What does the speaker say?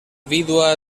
vídua